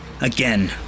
Again